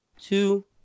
two